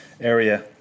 Area